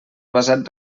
basat